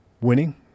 Winning